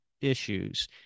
issues